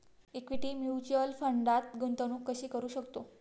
Equity mutual फंडात गुंतवणूक कशी करू शकतो?